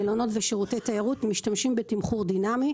מלונות ושירותי תיירות משתמשים בתמחור דינמי,